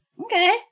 Okay